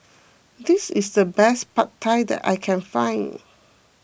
this is the best Pad Thai that I can find